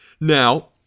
Now